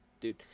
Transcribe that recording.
dude